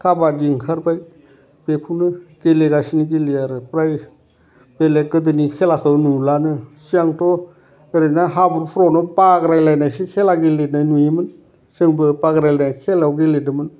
काबादि ओंखारबाय बेखौनो गेलेगासिनो गेलेयो आरो फ्राय बेलेग गोदोनि खेलाखौ नुलानो सिगांथ' ओरैनो हाब्रुफोरावनो बाग्रायलायनायसो खेला गेलेनाय नुयोमोन जोंबो बाग्रायलायनाय खेलायाव गेलेदोंमोन